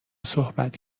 صحبت